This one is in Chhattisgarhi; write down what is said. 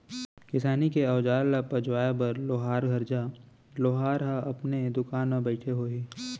किसानी के अउजार ल पजवाए बर लोहार घर जा, लोहार ह अपने दुकान म बइठे होही